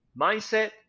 Mindset